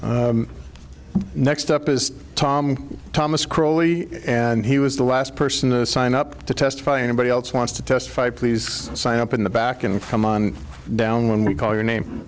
nader next up is tom thomas crawley and he was the last person to sign up to testify anybody else wants to testify please sign up in the back and come on down when we call your name